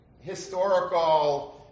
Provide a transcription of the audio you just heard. historical